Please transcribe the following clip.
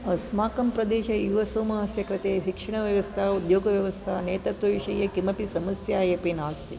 अस्माकं प्रदेशे युवसमूहस्य कृते शिक्षणव्यवस्था उद्योगव्यवस्था हेतृत्वविषये किमपि समस्या इति नास्ति